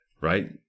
right